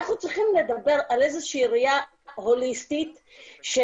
אנחנו צריכים לדבר על איזה שהיא ראייה הוליסטית שמנצלת